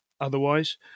otherwise